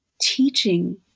Teaching